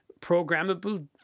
programmable